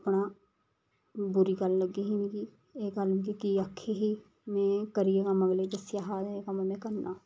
अपना बुरी गल्ल लग्गी ही मिकी एह् गल्ल मिकी की आक्खी ही में करियै कम्म अगले दस्सेआ हा की में एह् कम्म करना